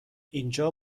اینجا